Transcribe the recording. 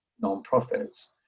non-profits